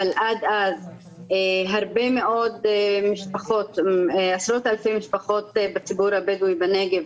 אבל עד אז עשרות אלפי משפחות מהציבור הבדואי בנגב